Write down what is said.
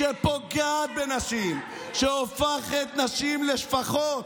שפוגעת בנשים, שהופכת נשים לשפחות,